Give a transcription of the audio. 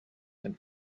and